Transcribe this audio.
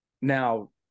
now